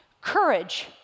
Courage